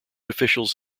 officials